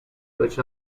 which